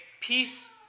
peace